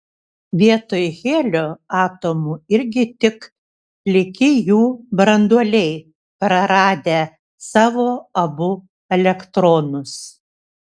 vietoj helio atomų irgi tik pliki jų branduoliai praradę savo abu elektronus